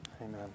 Amen